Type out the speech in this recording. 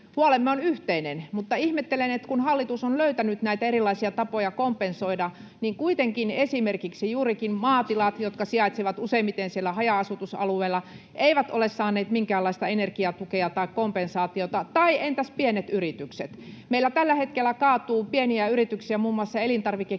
Huolemme on yhteinen. Mutta ihmettelen, että kun hallitus on löytänyt näitä erilaisia tapoja kompensoida, niin kuitenkin esimerkiksi juurikin maatilat, jotka sijaitsevat useimmiten siellä haja-asutusalueilla, eivät ole saaneet minkäänlaista energiatukea tai kompensaatiota. Tai entäs pienet yritykset? Meillä tällä hetkellä kaatuu pieniä yrityksiä, muun muassa elintarvikekioskeja